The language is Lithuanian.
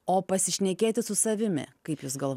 o pasišnekėti su savimi kaip jūs galvojat